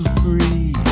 free